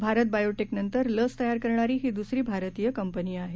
भारत बायोटेकनंतर लस तयार करणारी ही दुसरी भारतीय कंपनी आहे